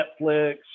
Netflix